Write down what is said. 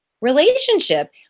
relationship